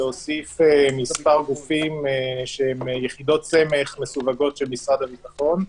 להוסיף מספר גופים שהם יחידות סמך מסווגות של משרד הביטחון.